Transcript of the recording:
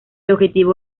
objetivo